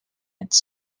its